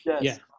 Yes